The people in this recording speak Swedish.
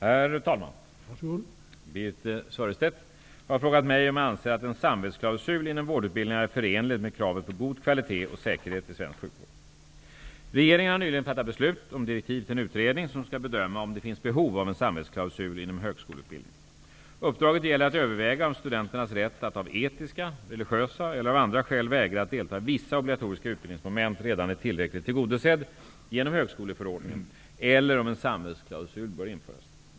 Herr talman! Birthe Sörestedt har frågat mig om jag anser att en samvetsklausul inom vårdutbildningarna är förenlig med kravet på god kvalitet och säkerhet i svensk sjukvård. Regeringen har nyligen fattat beslut om direktiv till en utredning som skall bedöma om det finns behov av en samvetsklausul inom högskoleutbildningen. Uppdraget gäller att överväga om studenternas rätt att av etiska, religiösa eller andra skäl vägra att delta i vissa obligatoriska utbildningsmoment redan är tillräckligt tillgodosedd genom högskoleförordningen eller om en samvetsklausul bör införas.